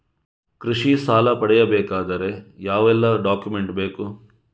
ಕೃಷಿ ಸಾಲ ಪಡೆಯಬೇಕಾದರೆ ಯಾವೆಲ್ಲ ಡಾಕ್ಯುಮೆಂಟ್ ಬೇಕು?